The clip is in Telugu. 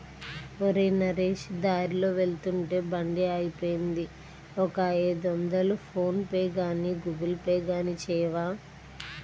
ఒరేయ్ నరేష్ దారిలో వెళ్తుంటే బండి ఆగిపోయింది ఒక ఐదొందలు ఫోన్ పేగానీ గూగుల్ పే గానీ చేయవా